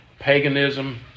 Paganism